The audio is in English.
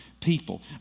people